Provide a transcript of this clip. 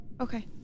Okay